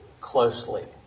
closely